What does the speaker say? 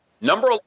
Number